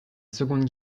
seconde